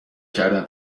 کردن